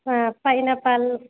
ಹಾಂ ಪೈನಾಪಲ್